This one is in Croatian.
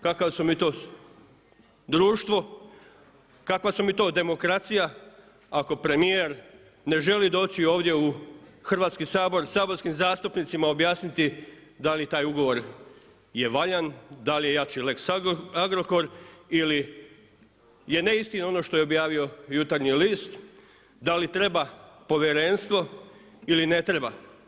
Kakvo smo mi to društvo, kakva smo mi to demokracija, ako premjer ne želi doći ovdje u Hrvatski sabor, saborskim zastupnicima objasniti da li je taj ugovor valjan, da li je jači lex Agrokor ili je neistina ono što je objavio Jutarnji list, da li treba povjerenstvo ili ne treba.